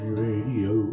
radio